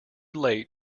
late